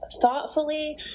thoughtfully